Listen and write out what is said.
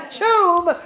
tomb